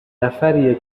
نفریه